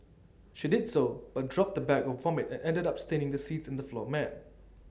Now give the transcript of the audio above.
she did so but dropped the bag of vomit and ended up staining the seats and the floor mat